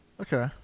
Okay